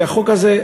כי החוק הזה,